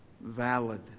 valid